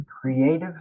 creative